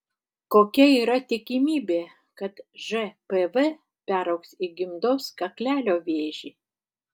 kokia yra tikimybė kad žpv peraugs į gimdos kaklelio vėžį